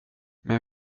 men